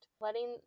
letting